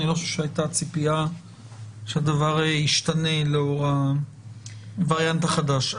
אני לא חושב שהייתה ציפייה שהדבר ישתנה לאור הווריאנט החדש.